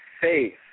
faith